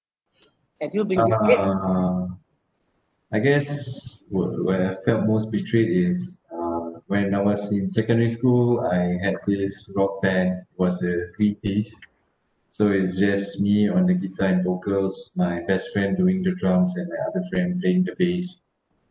(uh huh) I guess where where I felt most betrayed is uh when I was in secondary school I had this rock band was a three-piece so it's just me on the guitar and vocals my best friend doing the drums and my other friend playing the base